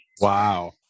Wow